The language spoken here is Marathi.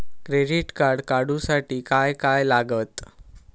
क्रेडिट कार्ड काढूसाठी काय काय लागत?